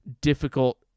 difficult